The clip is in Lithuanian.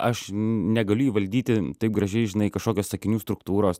aš negaliu įvaldyti taip gražiai žinai kažkokios sakinių struktūros